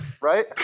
right